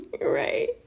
right